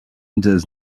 does